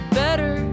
better